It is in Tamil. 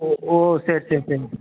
ஓ சரி சரி சரி